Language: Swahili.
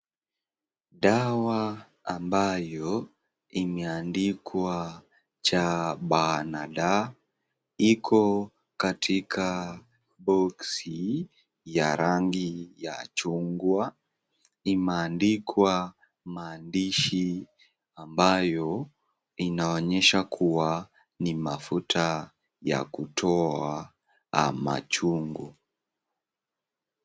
Dawa ambayo imeandikwa CBD iko katika boksi ya rangi ya chungwa. Imeandikwa maandishi ambayo inaonyesha kuwa ni mafuta ya kutoa machungu.